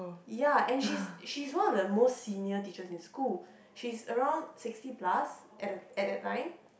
ya and she's she's one of the most senior teachers in school she's around sixty plus at the at that time